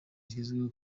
zigezweho